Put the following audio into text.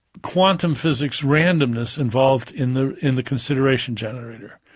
quantum physics randomness involved in the in the consideration generator.